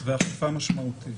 ואכיפה משמעותית.